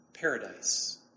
paradise